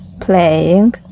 playing